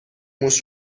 موش